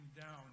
down